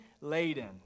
laden